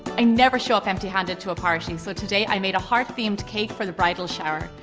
i never show up empty-handed to a party so today i made a heart themed cake for the bridal shower.